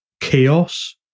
chaos